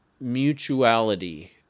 mutuality